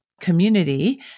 community